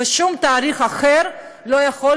ושום תאריך אחר לא יכול